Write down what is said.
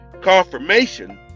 confirmation